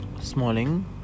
Smalling